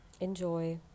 Enjoy